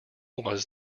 was